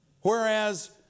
Whereas